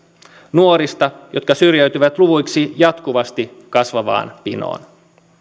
nuorista jotka syrjäytyvät luvuiksi jatkuvasti kasvavaan pinoon